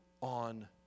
on